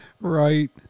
Right